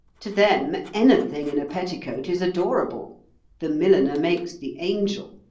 to them, anything in a petticoat is adorable the milliner makes the angel.